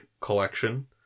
collection